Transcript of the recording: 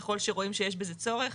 ככל שרואים שיש בזה צורך.